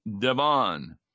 Devon